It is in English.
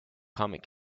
comet